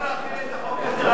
אפשר להחיל את החוק הזה,